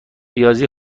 ریاضی